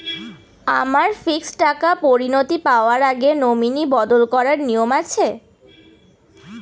আমার ফিক্সড টাকা পরিনতি পাওয়ার আগে নমিনি বদল করার নিয়ম আছে?